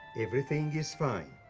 everything is fine.